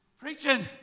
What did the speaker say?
preaching